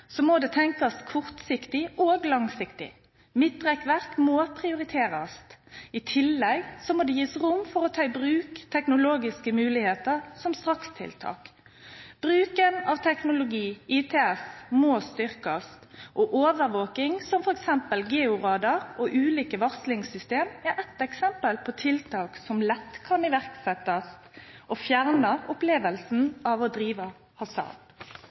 må det tenkes kortsiktig og langsiktig. Midtrekkverk må prioriteres. I tillegg må det gis rom for å ta i bruk teknologiske muligheter som strakstiltak. Bruken av teknologi, ITS, må styrkes, og overvåking, som f.eks. georadar og ulike varslingssystem, er ett eksempel på tiltak som lett kan iverksettes og fjerne opplevelsen av å